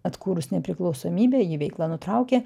atkūrus nepriklausomybę ji veiklą nutraukė